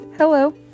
Hello